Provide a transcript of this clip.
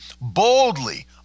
boldly